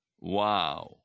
Wow